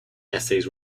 essays